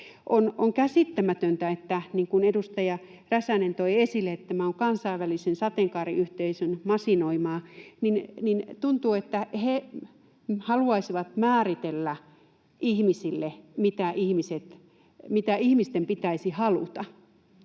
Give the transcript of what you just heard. On käsittämätöntä — niin kuin edustaja Räsänen toi esille, että tämä on kansainvälisen sateenkaariyhteisön masinoimaa — että tuntuu, että he haluaisivat määritellä ihmisille, mitä ihmisten pitäisi haluta.